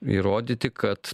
įrodyti kad